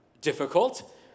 difficult